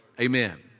Amen